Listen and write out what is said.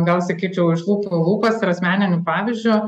gal sakyčiau iš lūpų į lūpas ir asmeniniu pavyzdžiu